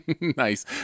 Nice